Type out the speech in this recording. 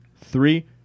three